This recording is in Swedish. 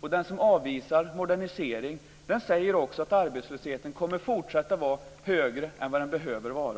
Den som avvisar moderniseringen säger också att arbetslösheten kommer att fortsätta att vara högre än vad den skulle behöva vara.